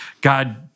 God